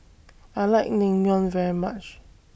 I like Naengmyeon very much